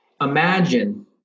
imagine